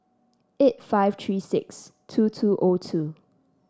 eight five three six two two O two